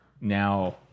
now